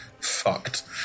fucked